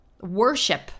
worship